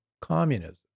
communism